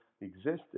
existed